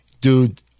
Dude